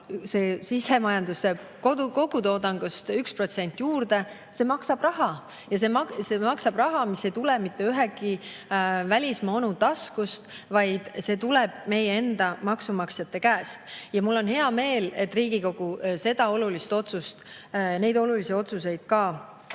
aga sisemajanduse kogutoodangust 1% juurde maksab raha. See maksab raha, mis ei tule mitte ühegi välismaa onu taskust, vaid see tuleb meie enda maksumaksjate käest. Ja mul on hea meel, et Riigikogu neid olulisi otsuseid toetas. Veel on